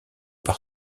par